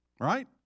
right